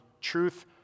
truth